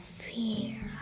fear